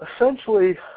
Essentially